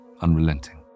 unrelenting